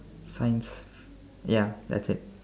science ya that's it